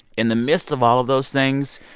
in the midst of all of those things.